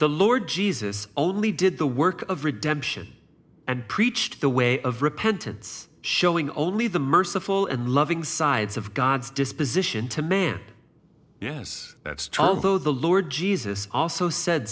the lord jesus only did the work of redemption and preached the way of repentance showing only the merciful and loving sides of god's disposition to man yes that's true although the lord jesus also said